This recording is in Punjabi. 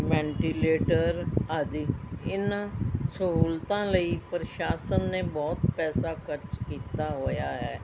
ਵੈਂਟੀਲੇਟਰ ਆਦਿ ਇਨ੍ਹਾਂ ਸਹੂਲਤਾਂ ਲਈ ਪ੍ਰਸ਼ਾਸਨ ਨੇ ਬਹੁਤ ਪੈਸਾ ਖ਼ਰਚ ਕੀਤਾ ਹੋਇਆ ਹੈ